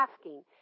asking